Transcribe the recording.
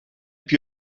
più